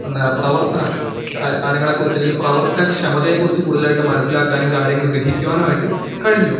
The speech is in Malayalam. നാ പ്രവര്ത്തനം കാ കാര്യങ്ങളെക്കുറിച്ച് അല്ലെങ്കി പ്രവത്തന ക്ഷമതയെക്കുറിച്ച് കൂടുതലായിട്ടും മനസ്സിലാക്കാനും കാര്യങ്ങൾ ഗ്രഹിക്കുവാനുമായിട്ട് കഴിഞ്ഞു